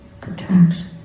contraction